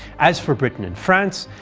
as for britain and france,